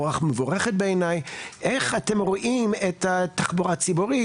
רוח מבורכת בעיניי - איך אתם רואים את התחבורה הציבורית